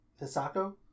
Hisako